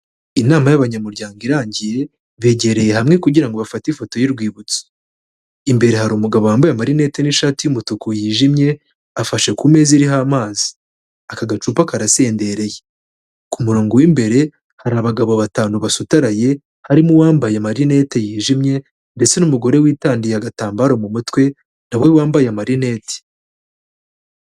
Inama y'abanyamuryango irangiye begereye hamwe kugira ngo bafate ifoto y'urwibutso, imbere hari umugabo wambaye marineti n'ishati y'umutuku yijimye, afashe ku meza iriho amazi, aka gacupa karasendereye, ku murongo w'imbere hari abagabo batanu basutaraye harimo uwambaye marinette yijimye ndetse n'umugore witangiye agatambaro mu mutwe na we wambaye amarineti.